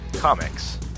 Comics